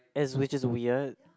as which is weird